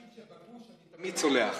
תמיד סולח.